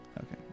Okay